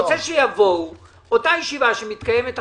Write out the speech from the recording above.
אותה ישיבה שמתקיימת עכשיו,